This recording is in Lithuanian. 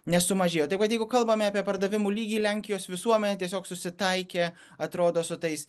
nesumažėjo taip kad jeigu kalbame apie pardavimų lygį lenkijos visuomenė tiesiog susitaikė atrodo su tais